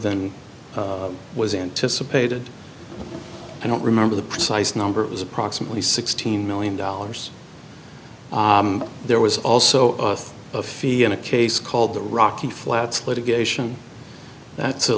than was anticipated i don't remember the precise number it was approximately sixteen million dollars there was also a fee in a case called the rocky flats litigation that's a